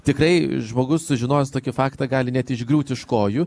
tikrai žmogus sužinojęs tokį faktą gali net išgriūti iš kojų